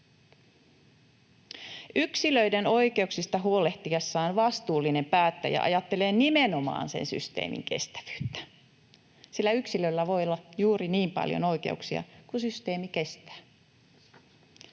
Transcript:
Yksilöiden oikeuksista huolehtiessaan vastuullinen päättäjä ajattelee nimenomaan sen systeemin kestävyyttä, sillä yksilöllä voi olla juuri niin paljon oikeuksia kuin systeemi kestää.